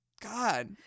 God